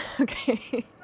okay